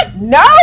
No